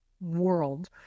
world